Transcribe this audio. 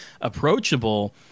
approachable